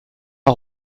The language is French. des